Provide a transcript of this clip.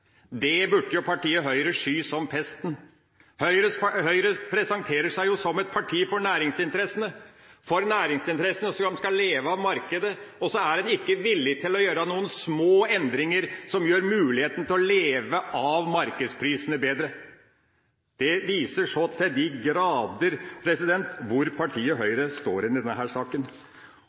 som pesten. Høyre presenterer seg som et parti for næringsinteressene, for næringsinteressene som skal leve av markedet, og så er man ikke villig til å gjøre noen små endringer som gjør muligheten til å leve av markedsprisene bedre. Det viser så til de grader hvor partiet Høyre står i denne